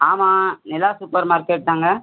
ஆமாம் நிலா சூப்பர் மார்க்கெட்தாங்க